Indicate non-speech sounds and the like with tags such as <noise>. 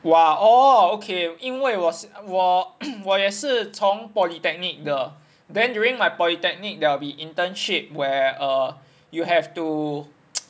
!wah! orh okay 因为我我 <coughs> 也是从 polytechnic 的 then during my polytechnic there will be internship where err you have to <noise>